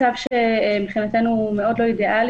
וזה מצב שמבחינתנו הוא מאוד לא אידאלי.